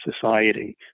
society